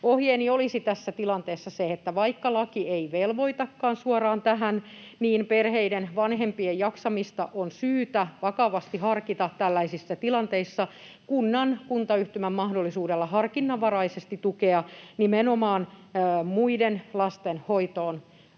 Ohjeeni olisi tässä tilanteessa se, että vaikka laki ei velvoitakaan suoraan tähän, niin on syytä vakavasti harkita tällaisissa tilanteissa kunnan tai kuntayhtymän mahdollisuutta harkinnanvaraisesti tukea perheiden vanhempien